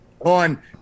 on